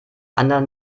anderen